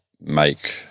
make